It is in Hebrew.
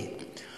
ואם הדרך,